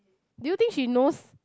do you think she knows